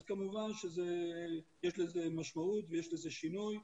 אז כמובן שיש לזה משמעות ויש לזה שינוי.